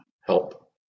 help